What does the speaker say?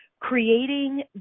Creating